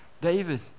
David